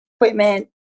equipment